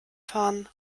fahren